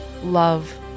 love